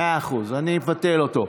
מאה אחוז, אני אבטל אותו.